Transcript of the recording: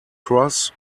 cross